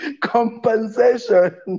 Compensation